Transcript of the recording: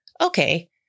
Okay